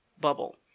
bubble